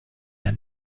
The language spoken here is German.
der